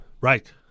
Right